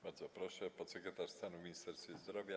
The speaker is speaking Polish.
Bardzo proszę, podsekretarz stanu w Ministerstwie Zdrowia